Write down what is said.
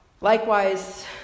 Likewise